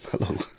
Hello